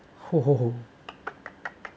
hor hor hor